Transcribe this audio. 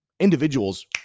individuals